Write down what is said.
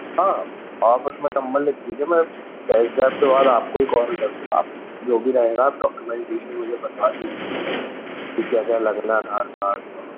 हाँ आप उसमे नंबर लिख दीजिए मैं टेस्ट ड्राइव के बाद आप को ही कॉल करूँगा आप जो भी रहेगा आप डॉक्यूमेंटेशन मुझे बता दीजिएगा कि क्या क्या लगना है आधार कार्ड और